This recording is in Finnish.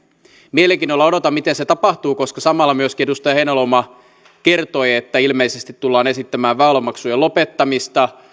mielenkiinnolla odotan miten se tapahtuu koska samalla edustaja heinäluoma myöskin kertoi että ilmeisesti tullaan esittämään väylämaksujen lopettamista